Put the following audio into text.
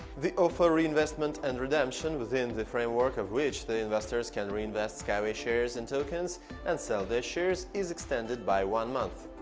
the offer reinvestment and redemption, within the framework of which the investors can reinvest skyway shares in tokens and sell their shares, is extended by one month.